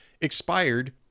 expired